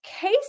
Case